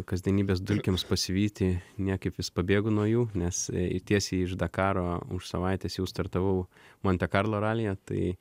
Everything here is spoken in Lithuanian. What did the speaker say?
kasdienybės dulkėms pasivyti niekaip vis pabėgu nuo jų nes ir tiesiai iš dakaro už savaitės jau startavau monte karlo ralyje tai